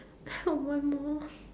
help one more